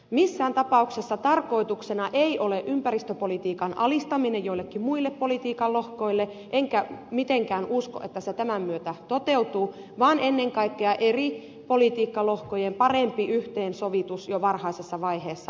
missään tapauksessa tarkoituksena ei ole ympäristöpolitiikan alistaminen joillekin muille politiikan lohkoille enkä mitenkään usko että se tämän myötä toteutuu vaan ennen kaikkea tavoitteena on eri politiikkalohkojen parempi yhteensovitus jo varhaisessa vaiheessa aluetasolla